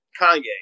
Kanye